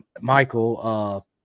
Michael